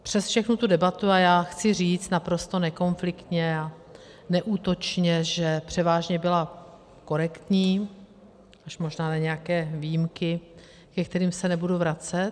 Přes všechnu tu debatu a já chci říct naprosto nekonfliktně a neútočně, že převážně byla korektní, až možná na nějaké výjimky, ke kterým se nebudu vracet.